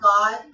God